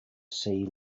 sea